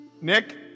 Nick